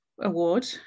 Award